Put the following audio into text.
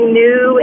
new